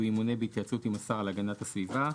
והוא ימונה בהתייעצות עם השר להגנת הסביבה,